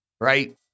right